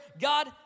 God